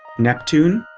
neptune